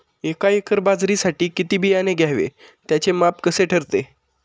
एका एकर बाजरीसाठी किती बियाणे घ्यावे? त्याचे माप कसे ठरते?